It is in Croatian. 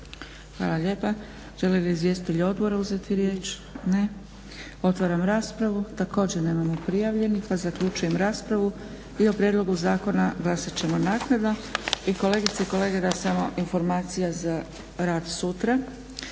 Dragica (SDP)** Žele li izvjestitelji odbora uzeti riječ? Ne. Otvaram raspravu. Također nemamo prijavljenih pa zaključujem raspravu i o prijedlogu zakona glasat ćemo naknadno. I kolegice i kolege da samo informacija za rad sutra.